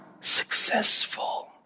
successful